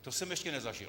To jsem ještě nezažil.